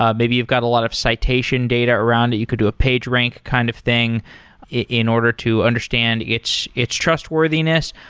ah maybe you've got a lot of citation data around it. you could do a page rank kind of thing in order to understand its its trustworthiness,